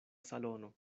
salono